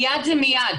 מיד זה מיד,